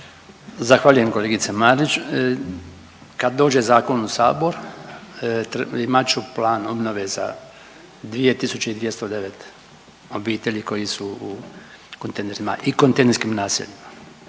Zahvaljujem kolegice Marić. Kad dođe zakon u Sabor imat ću plan obnove za 2209 obitelji koji su u kontejnerima i kontejnerskim naseljima.